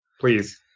please